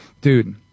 Dude